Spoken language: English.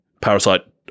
Parasite